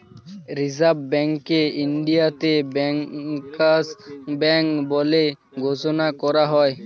reserve ব্যাঙ্ককে ইন্ডিয়াতে bankers bank বলে ঘোষণা করা হয়